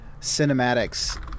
cinematics